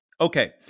Okay